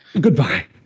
goodbye